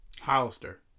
Hollister